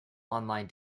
online